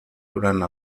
durant